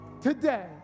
Today